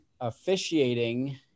officiating